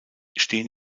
stehen